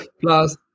Plus